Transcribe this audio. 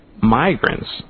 migrants